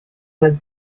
was